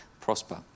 prosper